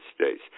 States